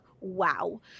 wow